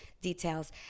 details